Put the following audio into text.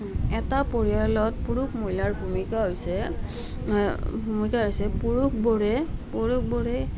এটা পৰিয়ালত পুৰুষ মহিলাৰ ভূমিকা হৈছে এনেকা হৈছে পুৰুষবোৰে পুৰুষবোৰে